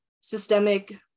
systemic